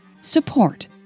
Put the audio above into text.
support